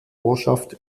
ortschaft